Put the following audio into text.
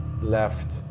left